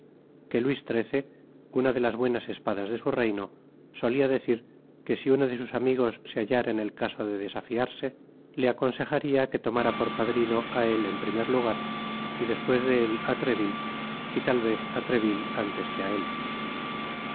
que luis xiii una de las buenas espadas de su reino solia decir que si uno ae sus amigos se hallára en el caso de desafiarse le aconsejarla que tomára por padrino á él en primer lugar y despues de él á treville y tal vez á treville antes que á él